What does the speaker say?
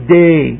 day